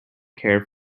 care